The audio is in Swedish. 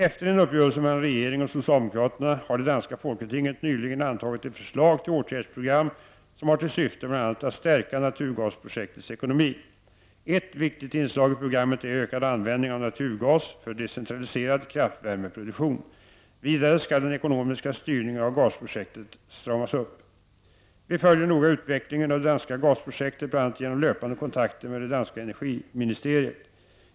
Efter en uppgörelse mellan regeringen och socialdemokraterna har det danska folketinget nyligen antagit ett förslag till åtgärdsprogram som har till syfte bl.a. att stärka naturgasprojektets ekonomi. Ett viktigt inslag i programmet är ökad användning av naturgas för decentraliserad kraftvärmeproduktion. Vidare skall den ekonomiska styrningen av gasprojektet stramas upp. Vi följer noga utvecklingen av det danska gasprojektet, bl.a. genom löpande kontakter med det danska energiministeriet.